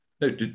no